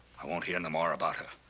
i won't hear no more about her.